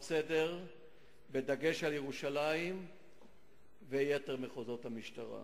סדר בדגש על ירושלים ויתר מחוזות המשטרה.